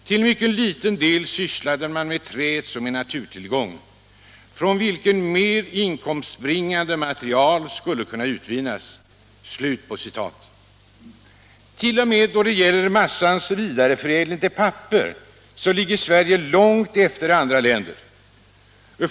Till mycket liten del sysslade man med träet som en naturtillgång från vilken mer inkomstbringande material skulle kunna utvinnas.” T. o. m. då det gäller massans vidareförädling till papper ligger Sverige långt efter andra länder.